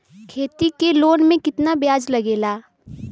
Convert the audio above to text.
खेती के लोन में कितना ब्याज लगेला?